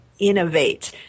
Innovate